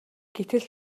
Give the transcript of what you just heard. гэтэл